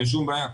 אין שום בעיה.